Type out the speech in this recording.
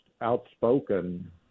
outspoken